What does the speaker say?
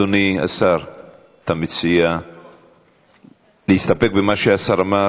אתה מציע להסתפק במה שהשר אמר?